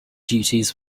duties